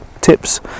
Tips